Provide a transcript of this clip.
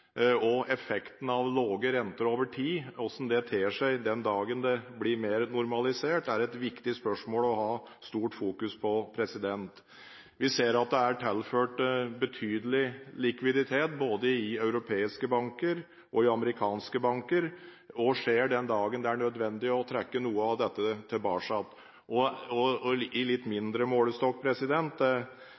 og effekten av lave renter over tid, hvordan det ter seg den dagen det blir mer normalisert, er et viktig spørsmål å fokusere på. Vi ser at det er tilført betydelig likviditet både i europeiske og i amerikanske banker. Hva skjer den dagen det er nødvendig å trekke noe av dette tilbake? I litt mindre målestokk har vi det faktum at en i